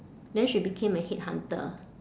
then she became a headhunter